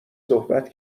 صحبت